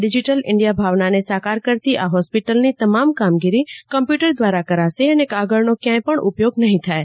digital India ભાવનાને સાકર કરતી આ હોસિપટલની તમામ કામગીરી કમ્યૂટર દ્વારા કરાશે અને કાગળનો ક્યાંચ પણ ઉપયોગ નહીં થાય